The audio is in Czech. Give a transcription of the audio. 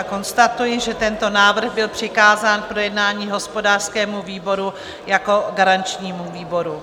Konstatuji, že tento návrh byl přikázán k projednání hospodářskému výboru jako garančnímu výboru.